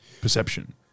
perception